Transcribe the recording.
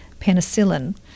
penicillin